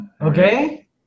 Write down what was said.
Okay